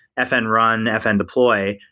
fn run, fn deploy,